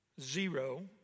zero